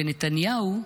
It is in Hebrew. ונתניהו,